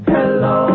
Hello